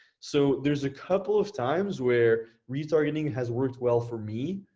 so there's a couple of times where retargeting has worked well for me.